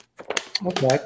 Okay